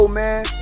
man